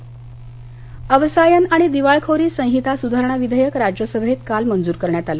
लोकसभा राज्यसभा अवसायन आणि दिवाळखोरी संहिता सुधारणा विधेयक राज्यसभेत काल मंजूर करण्यात आलं